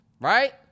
Right